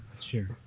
sure